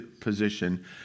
position